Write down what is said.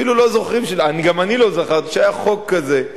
אפילו לא זוכרים, גם אני לא זכרתי, שהיה חוק כזה.